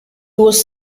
was